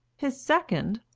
his second,